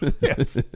Yes